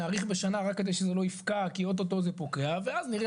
נאריך בשנה רק בשביל שזה לא יפקע כי אוטוטו זה פוקע ואז נראה